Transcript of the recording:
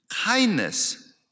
Kindness